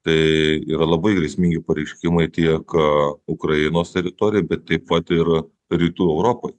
tai yra labai grėsmingi pareiškimai tie ką ukrainos teritorija bet taip pat ir rytų europai